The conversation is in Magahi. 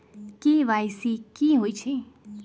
के.वाई.सी कि होई छई?